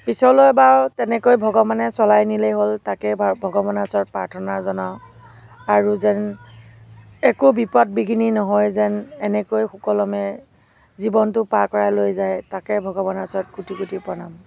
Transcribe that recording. পিছলৈ বাও তেনেকৈ ভগৱানে চলাই নিলেই হ'ল তাকে ভা ভগৱানৰ ওচৰত প্ৰাৰ্থনা জনাওঁ আৰু যেন একো বিপদ বিঘিনি নহয় যেন এনেকৈ সুকলমে জীৱনটো পাৰ কৰাই লৈ যায় তাকে ভগৱানৰ ওচৰত কোটি কোটি প্ৰণাম